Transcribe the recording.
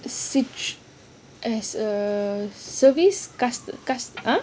as a service cust~ cust~ !huh!